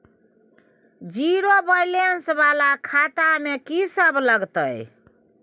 Zero balance वाला खाता में की सब लगतै?